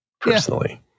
personally